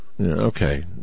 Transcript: Okay